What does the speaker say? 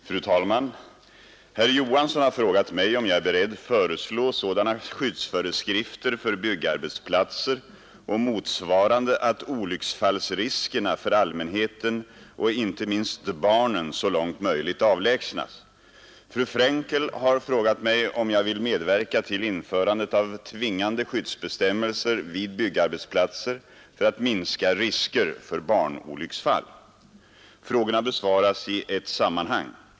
Fru talman! Herr Olof Johansson i Stockholm har frågat mig om jag är beredd föreslå sådana skyddsföreskrifter för byggarbetsplatser och motsvarande att olycksfallsriskerna för allmänheten och inte minst barnen så långt möjligt avlägsnas. Fru Frenkel har frågat mig om jag vill medverka till införandet av tvingande skyddsbestämmelser vid byggarbetsplatser för att minska risker för barnolycksfall. Frågorna besvaras i ett sammanhang.